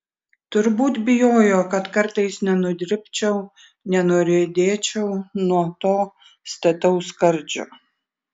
turbūt bijojo kad kartais nenudribčiau nenuriedėčiau nuo to stataus skardžio